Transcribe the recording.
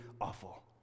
awful